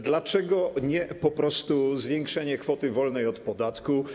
Dlaczego po prostu nie zwiększenie kwoty wolnej od podatku?